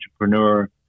entrepreneur